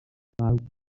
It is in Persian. برگ